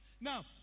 Now